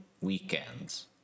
weekends